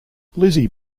lizzy